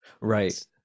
Right